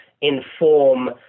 inform